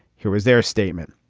here is their statement.